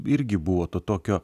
irgi buvo to tokio